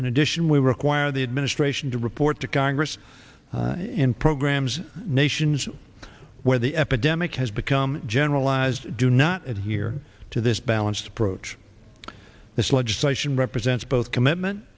in addition we require the administration to report to congress in programs nations where the epidemic has become generalized do not adhere to this balanced approach this legislation represents both commitment